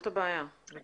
זאת הבעיה, בדיוק.